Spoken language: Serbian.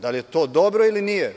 Da li je to dobro ili nije.